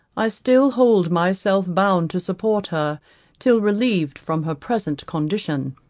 i still hold myself bound to support her till relieved from her present condition,